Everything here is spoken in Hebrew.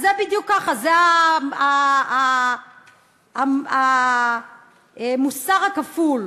אז זה בדיוק ככה, זה המוסר הכפול: